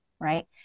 Right